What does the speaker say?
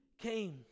came